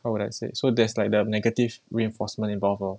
how would I say so there's like the of negative reinforcement involved lor